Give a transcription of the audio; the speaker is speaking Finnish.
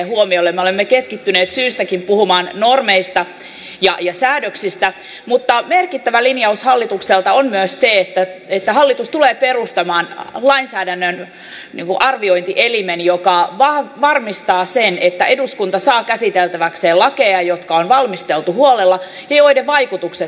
me olemme keskittyneet syystäkin puhumaan normeista ja säädöksistä mutta merkittävä linjaus hallitukselta on myös se että hallitus tulee perustamaan lainsäädännön arviointielimen joka varmistaa sen että eduskunta saa käsiteltäväkseen lakeja jotka on valmisteltu huolella ja joiden vaikutukset myös tunnistetaan